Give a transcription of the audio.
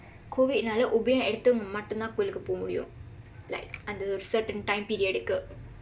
covidnaalae உபயம் எடுத்தவங்க மட்டும் தான் கோயிலுக்கு போக முடியும்:upayam eduththavangka matdum thaan kooyilukku pooka mudiyum like அந்த ஒரு:andtha oru certain time periodukku